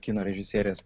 kino režisierės